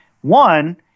one